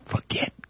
forget